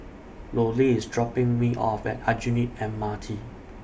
Lollie IS dropping Me off At Aljunied M R T